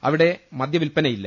അവിടെ മദ്യ വിൽപ്പനയില്ല